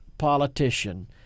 politician